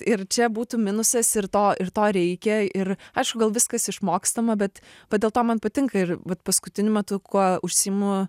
ir čia būtų minusas ir to ir to reikia ir aišku gal viskas išmokstama bet va dėl to man patinka ir vat paskutiniu metu kuo užsiimu